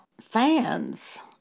fans